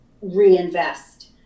reinvest